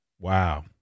Wow